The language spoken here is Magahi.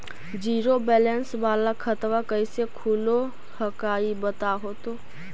जीरो बैलेंस वाला खतवा कैसे खुलो हकाई बताहो तो?